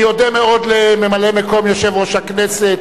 אני אודה מאוד לממלא-מקום יושב-ראש הכנסת